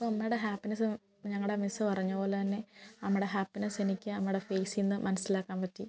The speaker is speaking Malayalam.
അപ്പോൾ അമ്മയുടെ ഹാപ്പിനെസ് ഞങ്ങളുടെ മിസ്സ് പറഞ്ഞത് പോലെതന്നെ അമ്മയുടെ ഹാപ്പിനെസ് എനിക്ക് അമ്മയുടെ ഫേസിൽ നിന്ന് മനസ്സിലാക്കാൻ പറ്റി